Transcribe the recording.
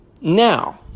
Now